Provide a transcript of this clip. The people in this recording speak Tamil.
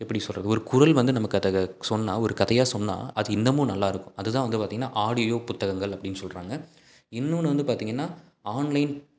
எப்படி சொல்வது ஒரு குரல் வந்து நமக்கு அதை சொன்னால் ஒரு கதையாக சொன்னால் அது இன்னுமும் நல்லா இருக்கும் அதுதான் வந்து பார்த்தீங்கன்னா ஆடியோ புத்தகங்கள் அப்படின்னு சொல்கிறாங்க இன்னொன்னு வந்து பார்த்தீங்கன்னா ஆன்லைன்